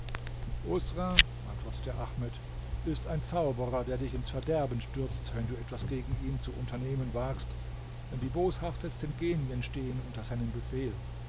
usra antwortete ahmed ist ein zauberer der dich ins verderben stürzt wenn du etwas gegen ihn zu unternehmen wagst denn die boshaftesten genien stehen unter seinem befehl